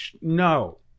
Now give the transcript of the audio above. No